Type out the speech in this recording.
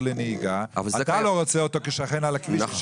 לנהיגה אתה לא רוצה אותו כשכן על הכביש.